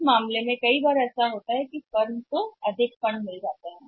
तो उस स्थिति में कभी कभी ऐसा होता है कि कहते हैं कि फर्म को अधिशेष धन मिल गया है